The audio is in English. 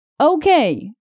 Okay